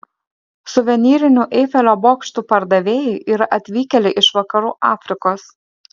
suvenyrinių eifelio bokštų pardavėjai yra atvykėliai iš vakarų afrikos